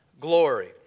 glory